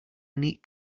neat